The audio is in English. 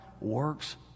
works